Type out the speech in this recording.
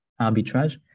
arbitrage